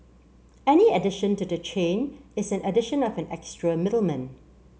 any addition to the chain is an addition of an extra middleman